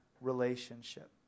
relationship